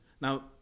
Now